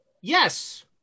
Yes